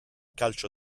calcio